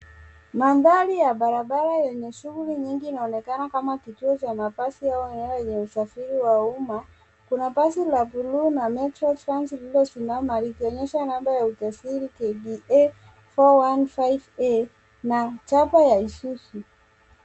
Mandhari ya barabara yenye shughuli nyingi inaonekana kama kituo cha mabasi au ya usafiri wa umma. Kuna basi la buluu la Metrotrans lililosimama likionyesha namba ya usajili KBA 415A na chapa ya Isuzu.